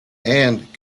and